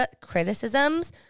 criticisms